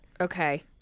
okay